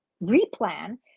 re-plan